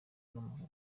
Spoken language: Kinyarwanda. n’amahoro